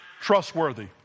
Trustworthy